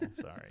Sorry